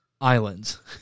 islands